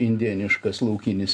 indėniškas laukinis